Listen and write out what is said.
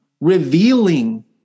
revealing